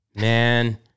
Man